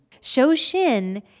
Shoshin